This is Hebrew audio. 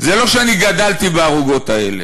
זה לא שאני גדלתי בערוגות האלה.